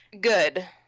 good